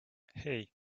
hey